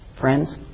friends